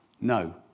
No